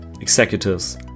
executives